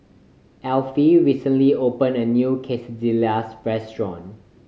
Alfie recently opened a new Quesadillas restaurant